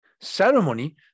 ceremony